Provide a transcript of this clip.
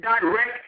direct